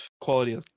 quality